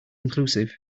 inclusive